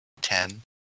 Ten